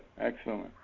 Excellent